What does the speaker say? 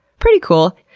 pretty cool.